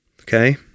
Okay